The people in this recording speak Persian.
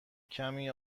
کمی